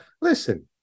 listen